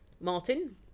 Martin